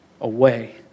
away